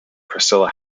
priscilla